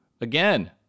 again